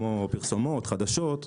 כמו פרסומות וחדשות,